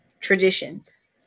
traditions